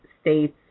states